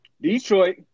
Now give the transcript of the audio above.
Detroit